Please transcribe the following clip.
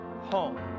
home